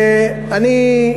ואני,